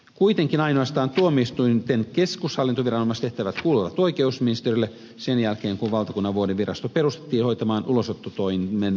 kuitenkin ainoastaan tuomioistuinten keskushallintoviranomaistehtävät kuuluvat oikeusministeriölle sen jälkeen kun valtakunnanvoudinvirasto perustettiin hoitamaan ulosottotoimen keskushallintoviranomaisen tehtäviä